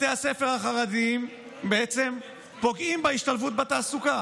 בתי הספר החרדיים בעצם פוגעים בהשתלבות בתעסוקה.